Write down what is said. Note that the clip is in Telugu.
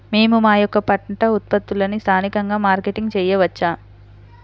మేము మా యొక్క పంట ఉత్పత్తులని స్థానికంగా మార్కెటింగ్ చేయవచ్చా?